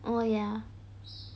oh ya